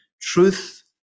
Truth